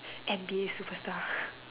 N_B_A super star